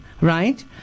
right